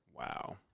Wow